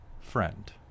friend